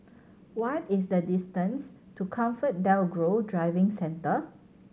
what is the distance to ComfortDelGro Driving Centre